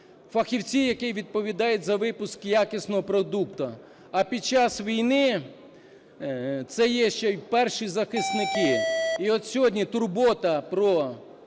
фахівці, які відповідають за випуск якісного продукту. А під час війни це є ще і перші захисники. І от сьогодні турбота про